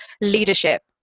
leadership